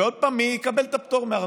ועוד פעם, מי יקבל את הפטור מארנונה?